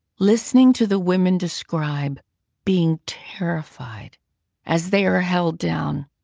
listening to the women describe being terrified as they are held down,